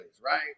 Right